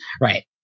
right